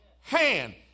hand